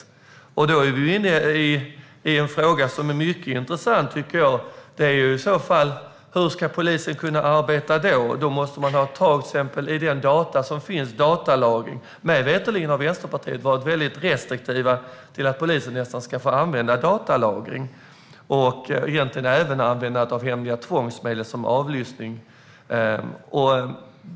Här kommer vi till en fråga som jag tycker är mycket intressant. Hur ska polisen då kunna arbeta? Då måste man använda sig av datalagring. Mig veterligen har Vänsterpartiet varit väldigt restriktiva vad gäller att polisen ska få använda datalagring, och detsamma gäller för hemliga tvångsmedel som avlyssning.